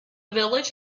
village